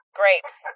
grapes